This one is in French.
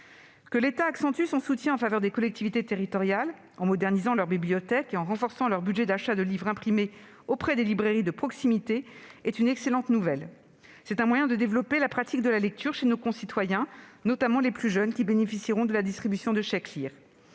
Que l'État accentue son soutien en faveur des collectivités territoriales, en modernisant leurs bibliothèques et en renforçant leur budget d'achat de livres imprimés auprès des librairies de proximité, est une excellente nouvelle. C'est un moyen de développer la pratique de la lecture chez nos concitoyens, notamment les plus jeunes, qui bénéficieront de la distribution de chèques « Lire